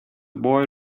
boy